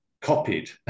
copied